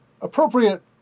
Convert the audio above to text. appropriate